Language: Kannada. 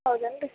ಹೌದೇನ್ರಿ